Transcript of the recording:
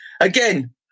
again